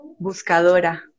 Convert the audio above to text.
buscadora